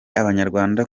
abanyarwanda